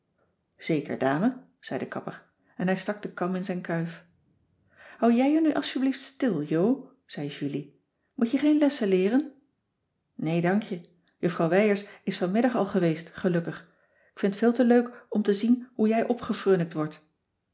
zeker dame zei de kapper en hij stak den kam in zijn kuif hou jij je nu asjeblieft stil jo zei julie moet je geen lessen leeren nee dank je juffrouw wijers is vanmiddag al geweest gelukkig ik vind t veel te leuk om te zien hoe jij opgefrunnikt wordt